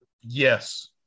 yes